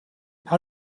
how